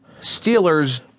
Steelers